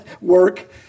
work